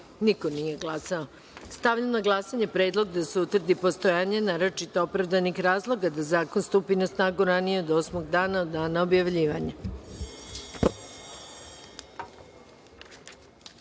nije glasao. Stavljam na glasanje predlog da se utvrdi postojanje naročito opravdanih razloga da zakon stupi na snagu ranije od osmog dana od dana objavljivanja. Zaključujem